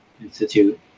institute